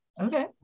Okay